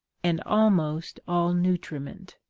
and almost all nutriment.